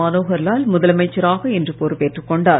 மனோகர்லால் முதலமைச்சராக இன்று பொறுப்பேற்றுக் கொண்டார்